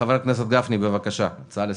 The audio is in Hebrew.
חבר הכנסת גפני, בבקשה, הצעה לסדר.